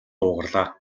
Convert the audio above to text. дуугарлаа